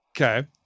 Okay